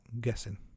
guessing